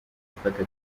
gufata